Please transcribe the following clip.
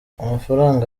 amafaranga